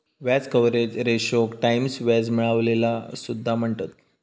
व्याज कव्हरेज रेशोक टाईम्स व्याज मिळविलेला सुद्धा म्हणतत